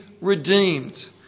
redeemed